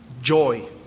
joy